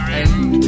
end